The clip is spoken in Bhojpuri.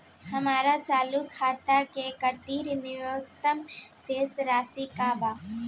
हमार चालू खाता के खातिर न्यूनतम शेष राशि का बा?